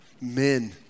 Men